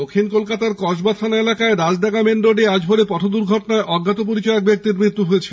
দক্ষিণ কলকাতার কসবা এলাকায় রাজডাঙ্গা মেন রোডে আজ ভোড়ে পথ দুর্ঘগটনায় অজ্ঞাত পরিচয় এক ব্যক্তির ন্মৃত্যু হয়েছে